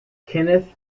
kenneth